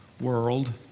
world